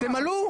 תמלאו.